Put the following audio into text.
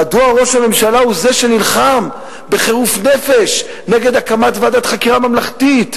מדוע ראש הממשלה הוא זה שנלחם בחירוף נפש נגד הקמת ועדת חקירה ממלכתית?